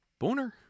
Booner